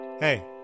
Hey